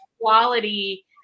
quality